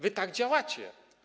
Wy tak działacie.